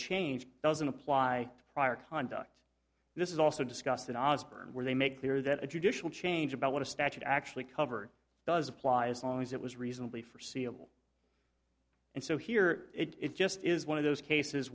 change doesn't apply to prior conduct this is also discussed in osbourne where they make clear that a judicial change about what a statute actually cover does apply as long as it was reasonably forseeable and so here it just is one of those cases